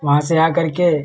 वहाँ से आकर के